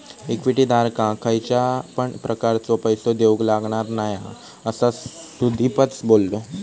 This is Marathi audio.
इक्विटी धारकाक खयच्या पण प्रकारचो पैसो देऊक लागणार नाय हा, असा सुदीपच बोललो